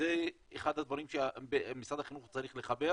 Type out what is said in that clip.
זה אחד הדברים שמשרד החינוך צריך לחבר